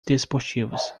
desportivos